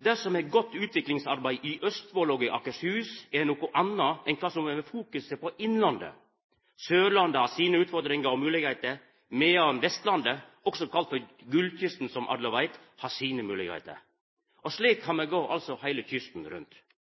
Det som er godt utviklingsarbeid i Østfold og i Akershus, er noko anna enn kva som er fokuset i innlandet. Sørlandet har sine utfordringar og moglegheiter, medan Vestlandet, også kalla for gullkysten – som alle veit – har sine moglegheiter. Og slik kan me gå heile kysten rundt.